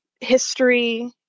history